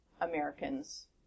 Americans